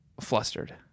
flustered